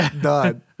Done